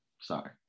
Sorry